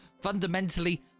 fundamentally